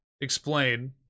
explain